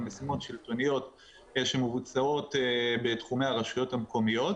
משימות שמבוצעות בתחומי הרשויות המקומיות